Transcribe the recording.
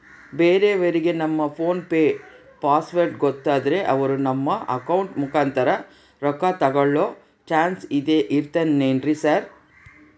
ಬೇರೆಯವರಿಗೆ ನಮ್ಮ PhonePe password ಗೊತ್ತಾದ್ರೆ ಅವರು ನಮ್ಮ ಅಕೌಂಟ್ ಮುಖಾಂತರ ರೊಕ್ಕ ತಕ್ಕೊಳ್ಳೋ ಚಾನ್ಸ್ ಇರ್ತದೆನ್ರಿ ಸರ್?